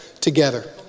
together